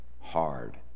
hard